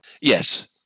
Yes